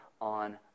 on